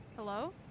Hello